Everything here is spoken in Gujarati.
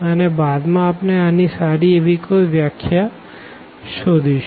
અને બાદ માં આપણે આની સારી એવી કોઈ વ્યાખ્યા શોધીશું